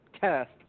test